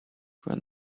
when